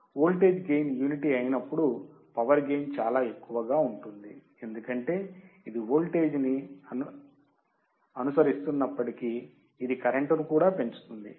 voltage gain unity అయినప్పటికీ power gain చాలా ఎక్కువగా ఉంటుంది ఎందుకంటే ఇది వోల్టేజ్ను అనుసరిస్తున్నప్పటికీ ఇది కరెంట్ ను కూడా పెంచుతుంది